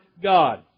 God